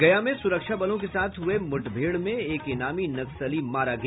गया में सुरक्षा बलों के साथ हुये मुठभेड़ में एक इनामी नक्सली मारा गया